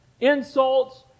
insults